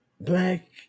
black